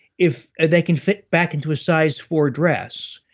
if they can fit back into a size four dress.